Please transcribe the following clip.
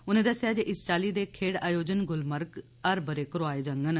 उनें दस्सेआ जे इस चाल्ली दे खेड्ढ आयोजन गुलमर्ग हर ब'रे करोआए जांडन